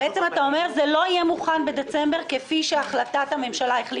בעצם אתה אומר שזה לא יהיה מוכן בדצמבר כפי שנקבע בהחלטת הממשלה.